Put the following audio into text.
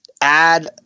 add